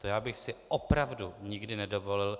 To já bych si opravdu nikdy nedovolil.